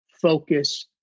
focus